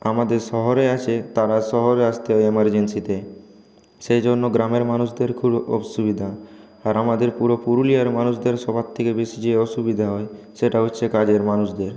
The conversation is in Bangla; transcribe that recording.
আমাদের শহরে আছে তারা শহরে আসতে হয় ইমার্জেন্সিতে সেই জন্য গ্রামের মানুষদের খুব অসুবিধা আর আমাদের পুরো পুরুলিয়ার মানুষদের সবার থেকে বেশি যে অসুবিধা হয় সেটা হচ্ছে কাজের মানুষদের